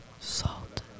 Salt